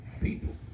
people